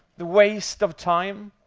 the waste of time?